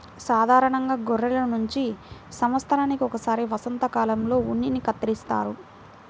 సాధారణంగా గొర్రెల నుంచి సంవత్సరానికి ఒకసారి వసంతకాలంలో ఉన్నిని కత్తిరిస్తారు